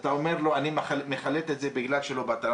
ואתה אומר לו אני מחלט את זה בגלל שלא באת.